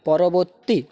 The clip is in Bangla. পরবর্তী